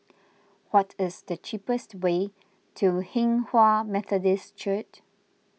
what is the cheapest way to Hinghwa Methodist Church